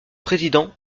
président